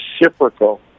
reciprocal